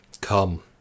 Come